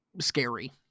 scary